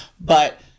But-